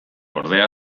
ordea